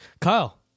Kyle